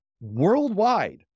worldwide